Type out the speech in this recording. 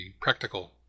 practical